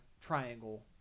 triangle